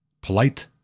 Polite